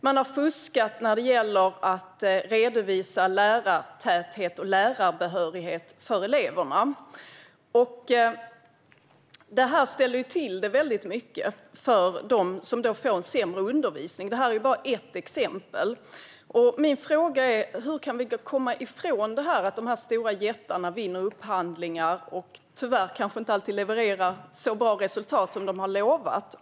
Man har fuskat när det gäller att redovisa lärartäthet och lärarbehörighet för eleverna. Detta ställer till det väldigt mycket för eleverna, som får sämre undervisning. Det är bara ett exempel. Min fråga är: Hur kan vi komma ifrån detta, att de stora jättarna vinner upphandlingar och tyvärr kanske inte alltid levererar så bra resultat som de har lovat?